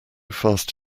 fast